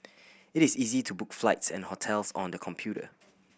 it is easy to book flights and hotels on the computer